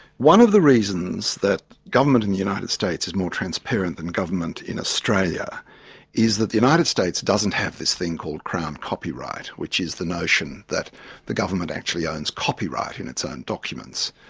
one of the reasons that government in the united states is more transparent than government in australia is that the united states doesn't have this thing called crown copyright, which is the notion that the government actually owns copyright in its own documents.